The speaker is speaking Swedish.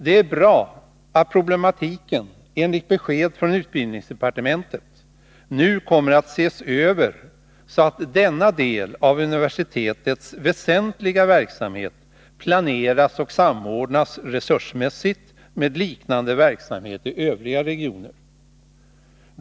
Det är bra att problematiken enligt besked från utbildningsdepartementet nu kommer att ses över, så att denna del av universitetets väsentliga verksamhet planeras och samordnas fesursmässigt med liknande verksamhet i övriga regioner.